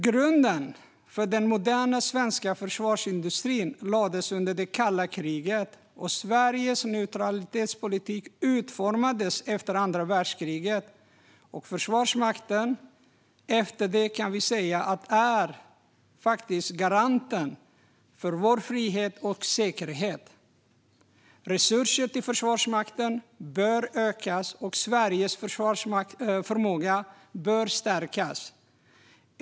Grunden för den moderna svenska försvarsindustrin lades under kalla kriget, och Sveriges neutralitetspolitik utformades efter andra världskriget. Försvarsmakten kan efter det sägas vara garanten för vår frihet och säkerhet. Resurser till Försvarsmakten bör ökas, och Sveriges försvarsförmåga bör stärkas.